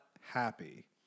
happy